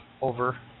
over